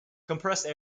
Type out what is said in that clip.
compressed